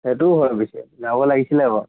সেইটোও হয় পিছে যাব লাগিছিলে বাৰু